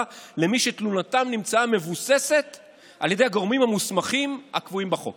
למי שתלונתם נמצאה מבוססת על ידי הגורמים המוסמכים הקבועים בחוק